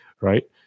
right